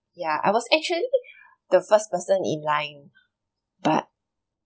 yeah I was actually the first person in line but